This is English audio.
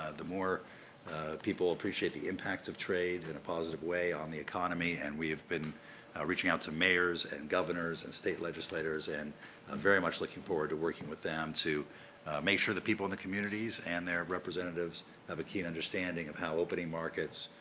the more people appreciate the impact of trade in a positive way on the economy, and we have been reaching out to mayors and governors and state legislators, and i'm very much looking forward to working with them to make sure the people in the communities and their representatives have a key understanding of how opening markets,